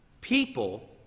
People